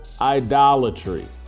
idolatry